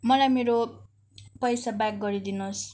मलाई मेरो पैसा ब्याक गरिदिनुहोस्